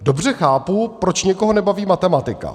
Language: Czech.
Dobře chápu, proč někoho nebaví matematika.